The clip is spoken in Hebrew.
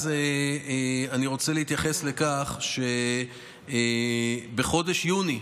אז אני רוצה להתייחס לכך שבחודש יוני,